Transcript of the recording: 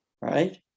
Right